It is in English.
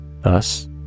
Thus